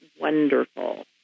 wonderful